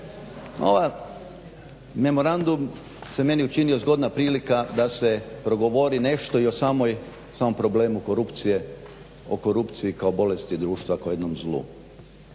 Ovaj memorandum se meni učinio zgodna prilika da se progovori nešto i o samom problemu korupcije, o korupciji kao bolesti društva, kao jednom zlu.